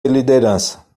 liderança